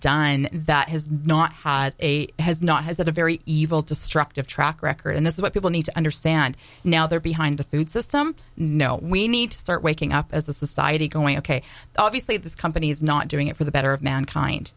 and that has not had a has not has a very evil destructive track record and this is what people need to understand now they're behind the food system no we need to start waking up as a society going ok obviously this company's not doing it for the better of mankind